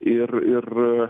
ir ir